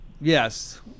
yes